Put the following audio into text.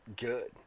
good